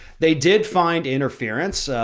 they did find interference. ah,